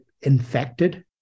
infected